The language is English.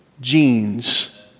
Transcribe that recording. genes